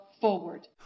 forward